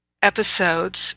episodes